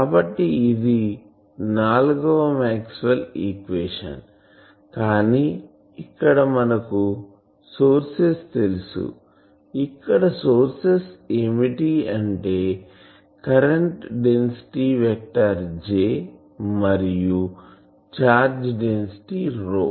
కాబట్టి ఇది నాలుగవ మాక్స్వెల్ ఈక్వేషన్ కానీ ఇక్కడ మనకు సోర్సెస్ తెలుసు ఇక్కడ సోర్సెస్ ఏమిటంటే కరెంటు డెన్సిటీ వెక్టార్ J మరియు ఛార్జ్ డెన్సిటీ ρ